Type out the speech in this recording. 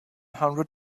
hundred